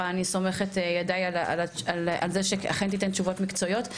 אבל אני סומכת ידי על זה שאכן תיתן תשובות מקצועיות,